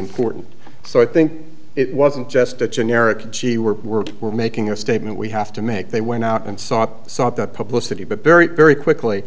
important so i think it wasn't just a generic gee we're we're we're making a statement we have to make they went out and saw saw the publicity but very very quickly